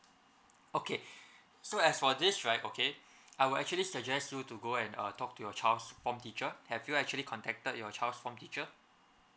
okay so as for this right okay I will actually suggest you to go and uh talk to your child's form teacher have you actually contacted your child's form teacher